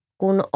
kun